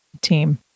team